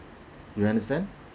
you understand